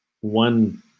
one